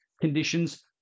conditions